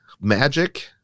magic